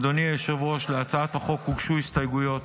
אדוני היושב-ראש, להצעת החוק הוגשו הסתייגויות.